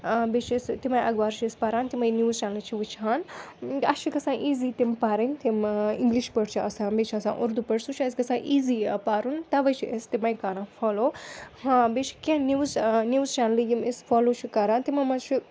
بیٚیہِ چھِ أسۍ تِمے اَخبار چھِ أسۍ پَران تِمَے نِوٕز چَنلہٕ چھِ وٕچھان اَسہِ چھِ گَژھان ایٖزی تِم پَرٕنۍ تِم اِنٛگلِش پٲٹھۍ چھِ آسان بیٚیہِ چھِ آسان اُردو پٲٹھۍ سُہ چھُ اَسہِ گَژھان ایٖزی پَرُن تَوَے چھِ أسۍ تِمَے کَران فالو ہاں بیٚیہِ چھِ کیٚنٛہہ نِوٕز نِوٕز چَنلہٕ یِم أسۍ فالو چھِ کَران تِمَن مَنٛز چھِ